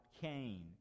Cain